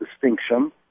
distinction